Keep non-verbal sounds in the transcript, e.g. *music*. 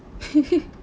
*laughs*